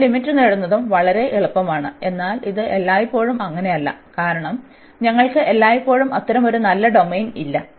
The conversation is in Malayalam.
ഇവിടെ ലിമിറ്റ് നേടുന്നതും വളരെ എളുപ്പമാണ് എന്നാൽ ഇത് എല്ലായ്പ്പോഴും അങ്ങനെയല്ല കാരണം ഞങ്ങൾക്ക് എല്ലായ്പ്പോഴും അത്തരമൊരു നല്ല ഡൊമെയ്ൻ ഇല്ല